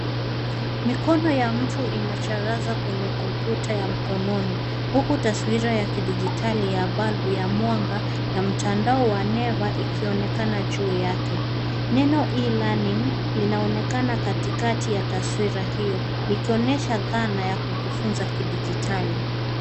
Mikono ya mtu inajalaza kwenye kompyuta mkononi. Huku, taswira ya kidijitali ya balbu ya mwanga na mtandao wa neva ikionekana juu yake. Neno e-learning linaonekana katikati ya taswira hiyo, likionyesha dhana ya kujifunza kidijitali.